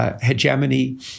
Hegemony